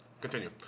Continue